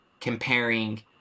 comparing